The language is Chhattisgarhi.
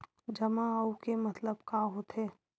जमा आऊ के मतलब का होथे?